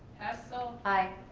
hessell. aye.